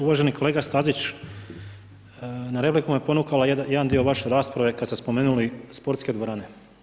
Uvaženi kolega Stazić, na repliku me ponukao jedan dio vaše rasprave kada ste spomenuli sportske dvorane.